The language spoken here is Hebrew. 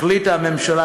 החליטה הממשלה,